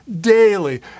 daily